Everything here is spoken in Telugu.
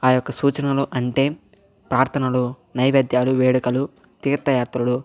ఆ యొక్క సూచనలు అంటే ప్రార్థనలు నైవేద్యాలు వేడుకలు తీర్థయాత్రలు